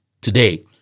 today